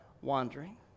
wandering